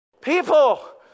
People